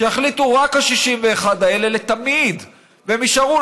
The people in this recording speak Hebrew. שיחליטו רק ה-61 האלה לתמיד, והם יישארו.